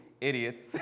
idiots